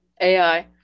AI